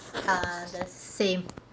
ah the same